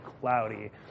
cloudy